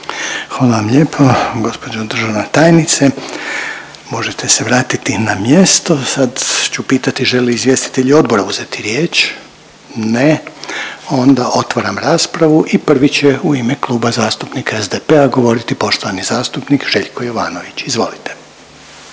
Hvala vam lijepo gospođo državna tajnice možete se vratiti na mjesto, sad ću pitati žele li izvjestitelji odbora uzeti riječ? Ne, onda otvaram raspravu i prvi će u ime Kluba zastupnika SDP-a govoriti poštovani zastupnik Željko Jovanović. Izvolite.